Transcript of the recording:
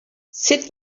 sut